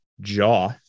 jaw